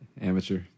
Amateur